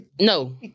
No